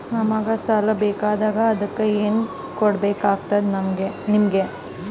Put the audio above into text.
ನಮಗ ಸಾಲ ಬೇಕಾಗ್ಯದ ಅದಕ್ಕ ಏನು ಕೊಡಬೇಕಾಗ್ತದ ನಿಮಗೆ?